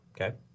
Okay